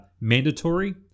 mandatory